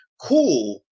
cool